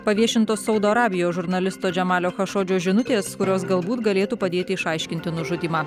paviešintų saudo arabijos žurnalisto džemalio chašodžio žinutės kurios galbūt galėtų padėti išaiškinti nužudymą